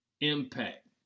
impact